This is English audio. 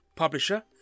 Publisher